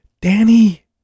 Danny